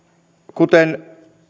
kuten